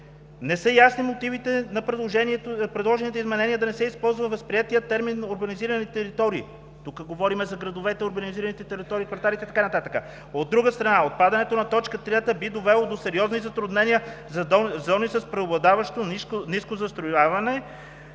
„Не са ясни мотивите на предложените изменения да не се използва възприетият термин „урбанизирани територии.“ Тук говорим за градовете, урбанизираните територии, кварталите и така нататък. „От друга страна, отпадането на точка трета би довело до сериозни затруднения за зони с преобладаващо ниско застрояване,